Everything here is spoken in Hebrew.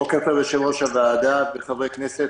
בוקר טוב יושב-ראש הוועדה וחברי הכנסת.